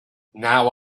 now